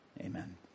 Amen